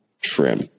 Trim